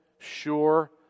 sure